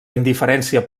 indiferència